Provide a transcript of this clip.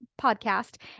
podcast